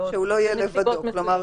כלומר,